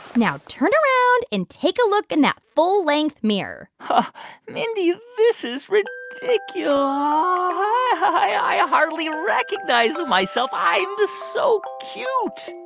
now turn around and take a look in that full-length mirror but mindy, this is ridicu like yeah ah ah i hardly recognize myself. i'm just so cute